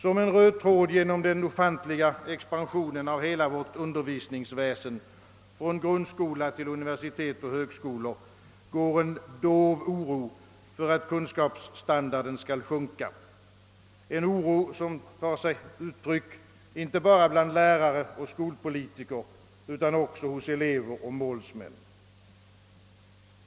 Som en röd tråd genom den ofantliga expansionen av hela vårt undervisningsväsen från grundskola till universitet och högskolor går en dov oro för att kunskapsstandarden skall sjunka, en oro som tar sig uttryck inte bara bland lärare och skolpolitiker utan också bland elever och målsmän.